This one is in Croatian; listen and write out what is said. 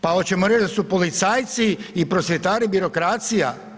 Pa hoćemo reć da su policajci i prosvjetari birokracija?